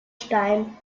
stein